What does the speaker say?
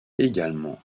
également